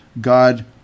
God